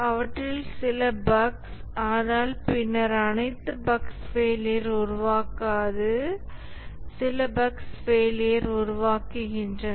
அவற்றில் சில பஃக்ஸ் ஆனால் பின்னர் அனைத்து பஃக்ஸ் ஃபெயிலியர் உருவாக்காது சில பஃக்ஸ் ஃபெயிலியர் உருவாக்குகின்றன